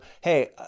hey